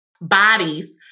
bodies